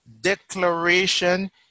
declaration